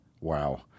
Wow